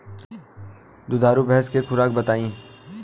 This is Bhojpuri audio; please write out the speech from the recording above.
दुधारू भैंस के खुराक बताई?